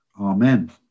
Amen